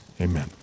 amen